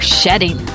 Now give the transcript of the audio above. shedding